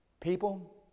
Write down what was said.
People